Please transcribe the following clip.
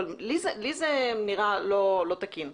אבל לי זה נראה לא תקין.